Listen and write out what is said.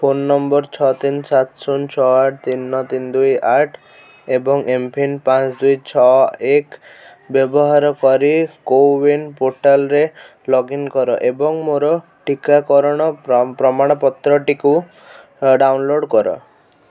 phone number ଛଅ ତିନି ସାତ ଶୂନ ଛଅ ଆଠ ତିନି ନଅ ତିନ ଦୁଇ ଆଠ ଏବଂ ଏମ୍ ପିନ୍ ପାଞ୍ଚ ଦୁଇ ଛଅ ଏକ ବ୍ୟବହାର କରି କୋୱିନ୍ ପୋର୍ଟାଲ୍ରେ ଲଗ୍ଇନ୍ କର ଏବଂ ମୋର ଟିକାକରଣ ପ୍ରମାଣପତ୍ରଟିକୁ ଡାଉନଲୋଡ଼୍ କର